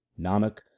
Nanak